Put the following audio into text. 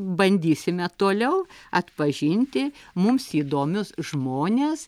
bandysime toliau atpažinti mums įdomius žmones